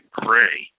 gray